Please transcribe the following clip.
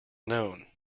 known